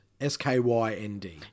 S-K-Y-N-D